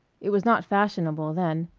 it was not fashionable then.